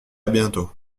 bientôt